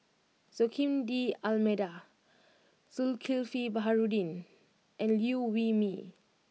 Joaquim D'almeida Zulkifli Baharudin and Liew Wee Mee